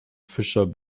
fischer